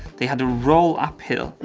they had to roll up hill.